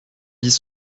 bis